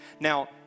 Now